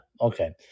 Okay